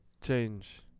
change